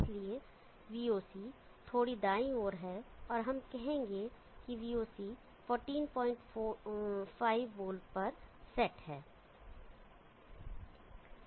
इसलिए VOC थोड़ी दाईं ओर है और हम कहेंगे कि VOC 145 वोल्ट पर सेट है